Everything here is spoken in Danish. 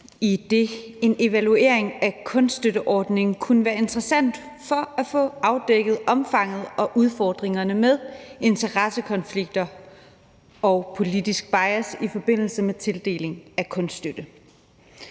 idet en evaluering af kunststøtteordningen kunne være interessant for at få afdækket omfanget af og udfordringerne med interessekonflikter og politisk bias i forbindelse med tildeling af kunststøtte.